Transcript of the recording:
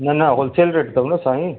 न न wholesale rate अथव न साईं